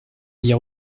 hier